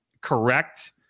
correct